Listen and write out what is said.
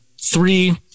three